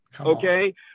okay